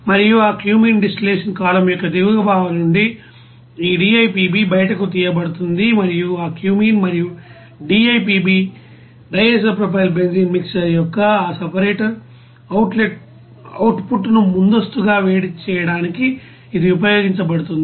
మరియు ఆ cumene distillation column యొక్క దిగువ భాగం నుండి ఈ డిఐపిబి బయటకు తీయబడుతుంది మరియు ఆ క్యూమీన్ మరియు డిఐపిబి మిక్సర్ యొక్క ఆ సపరేటర్ యొక్క అవుట్ పుట్ ను ముందస్తుగా వేడి చేయడానికి ఇది ఉపయోగించబడుతుంది